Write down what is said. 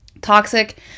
Toxic